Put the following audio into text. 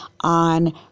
on